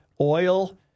oil